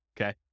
okay